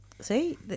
See